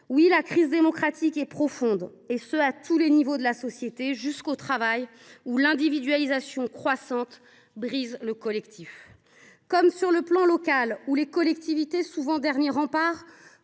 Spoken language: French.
Oui, la crise démocratique est profonde, et ce à tous les niveaux de la société, jusque dans le travail, où l’individualisation croissante brise le collectif. Au niveau local, les collectivités, souvent derniers remparts